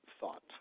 thought